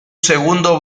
segundo